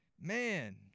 man